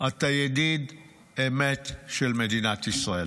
אתה ידיד אמת של מדינת ישראל.